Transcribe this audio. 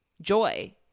joy